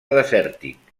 desèrtic